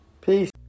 Peace